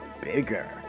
bigger